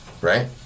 right